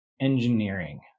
engineering